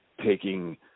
taking